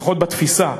לפחות בתפיסה.